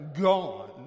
gone